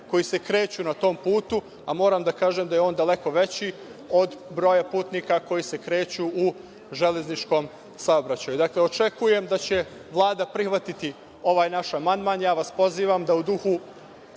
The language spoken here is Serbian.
koji se kreću na tom putu, a moram da kažem da je on daleko veći od broja putnika koji se kreću u železničkom saobraćaju. Dakle, očekujem da će Vlada prihvatiti ovaj naš amandman. Ja vas pozivam da u duhu